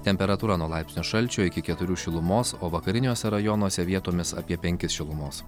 temperatūra nuo laipsnio šalčio iki keturių šilumos o vakariniuose rajonuose vietomis apie penkis šilumos